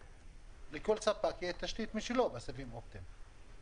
לכל ספק יהיה תשתית משלו בסיבים האופטיים.